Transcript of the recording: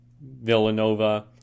Villanova